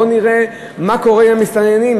בואו נראה מה קורה עם המסתננים,